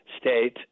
State